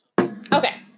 Okay